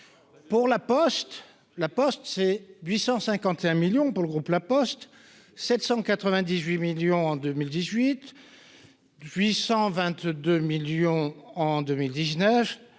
Poste La Poste c'est 851 millions pour le groupe La Poste, 798 millions en 2018 depuis 822 millions en 2010